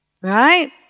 right